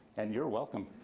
and you're welcome.